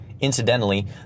Incidentally